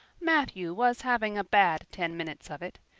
matthew was having a bad ten minutes of it.